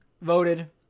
voted